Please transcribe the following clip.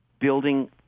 building